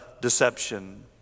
deception